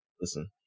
Listen